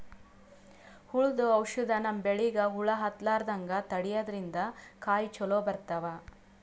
ಹುಳ್ದು ಔಷಧ್ ನಮ್ಮ್ ಬೆಳಿಗ್ ಹುಳಾ ಹತ್ತಲ್ಲ್ರದಂಗ್ ತಡ್ಯಾದ್ರಿನ್ದ ಕಾಯಿ ಚೊಲೋ ಬರ್ತಾವ್